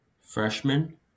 Freshman